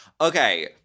Okay